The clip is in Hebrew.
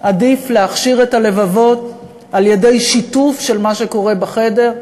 עדיף להכשיר את הלבבות על-ידי שיתוף במה שקורה בחדר,